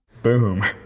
boom.